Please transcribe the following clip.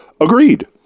agreed